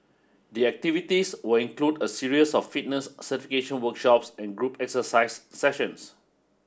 the activities will include a series of fitness certification workshops and group exercise sessions